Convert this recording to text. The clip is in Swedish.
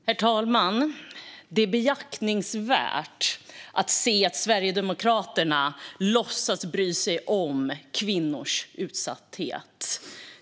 Herr talman! Det är behjärtansvärt hur Sverigedemokraterna låtsas bry sig om kvinnors utsatthet.